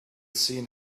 seen